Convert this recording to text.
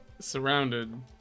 surrounded